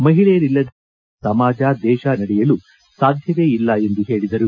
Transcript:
ಮಹಿಳೆಯರಿಲ್ಲದೆ ಯಾವುದೇ ಮನೆ ಸಮಾಜ ದೇಶ ನಡೆಯಲು ಸಾಧ್ಯವೇ ಇಲ್ಲ ಎಂದು ಹೇಳಿದರು